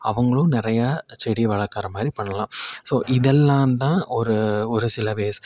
அவங்களும் நிறையா செடியை வளர்க்கற மாதிரி பண்ணலாம் ஸோ இதெல்லாம்தான் ஒரு ஒரு சில வேஸ்